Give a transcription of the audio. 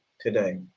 today